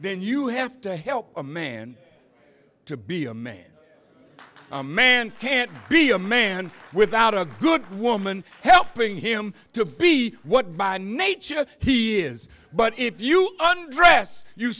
then you have to help a man to be a man a man can't be a man without a good woman helping him to be what by nature he is but if you are